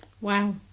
Wow